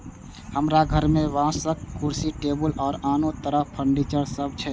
हमरा घर मे बांसक कुर्सी, टेबुल आ आनो तरह फर्नीचर सब छै